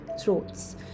throats